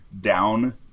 down